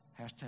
hashtag